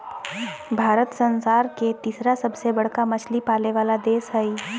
भारत संसार के तिसरा सबसे बडका मछली पाले वाला देश हइ